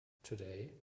today